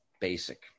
basic